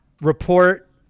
Report